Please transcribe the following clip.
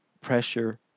pressure